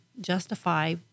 justify